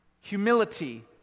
Humility